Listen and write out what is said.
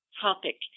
topic